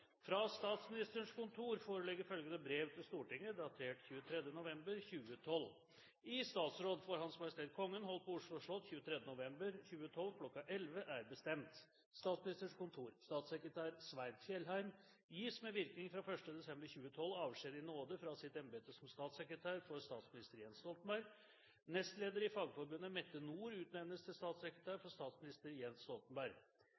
Fra Statsministerens kontor foreligger følgende brev til Stortinget datert 23. november 2012: «I statsråd for H.M. Kongen holdt på Oslo slott 23. november 2012 kl. 11.00 er bestemt: Statsministerens kontorStatssekretær Svein Fjellheim gis med virkning fra 1. desember 2012 avskjed i nåde fra sitt embete som statssekretær for statsminister Jens Stoltenberg. Nestleder i Fagforbundet Mette Nord utnevnes til statssekretær